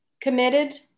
committed